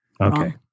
Okay